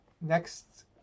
Next